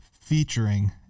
featuring